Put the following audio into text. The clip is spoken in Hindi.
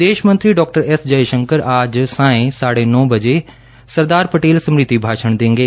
विदेश मंत्री डॉ एस जयशंकर आज सायं साढे नौं बजे सरदार पटेल स्मृति भाषण देंगे